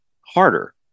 harder